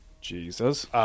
Jesus